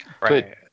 Right